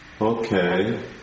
Okay